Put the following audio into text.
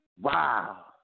Wow